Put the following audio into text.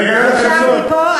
אפשר מפה?